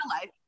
life